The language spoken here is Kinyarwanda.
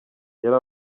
yari